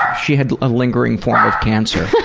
she had a lingering form of cancer.